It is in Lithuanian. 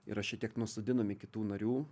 yra šitiek nusodinami kitų narių